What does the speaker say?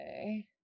Okay